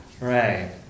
Right